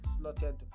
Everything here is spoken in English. slotted